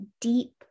deep